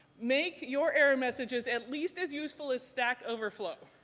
make your error messages at least as useful as stackoverflow.